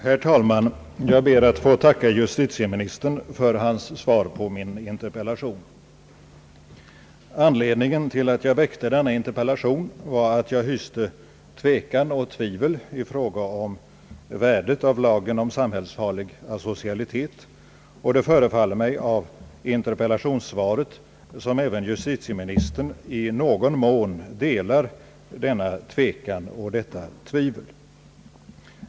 Herr talman! Jag ber att få tacka justitieministern för svaret på min interpellation. Anledningen till att jag framställde denna interpellation var att jag hyste tvekan och tvivel i fråga om värdet av lagen om samhällsfarlig asocialitet. Det förefaller mig av intierpellationssvaret som om även justitieministern i någon mån delar denna tvekan och detta tvivel.